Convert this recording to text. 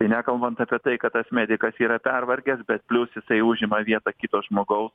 tai nekalbant apie tai kad tas medikas yra pervargęs bet plius jisai užima vietą kito žmogaus